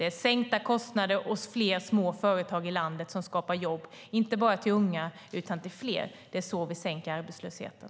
Det är sänkta kostnader och fler små företag i landet som skapar jobb, inte bara till unga utan också till fler. Det är så vi sänker arbetslösheten.